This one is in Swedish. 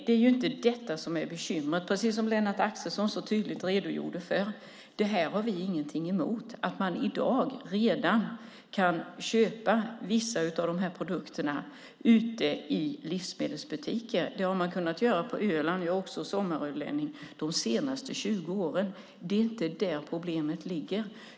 Det är inte det som är bekymret. Som Lennart Axelsson tydligt redogjorde har vi ingenting emot att man redan i dag kan köpa vissa av dessa produkter i livsmedelsbutiker. Det har man kunnat göra på Öland - även jag är sommarölänning - de senaste 20 åren. Det är inte där problemet ligger.